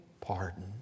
pardon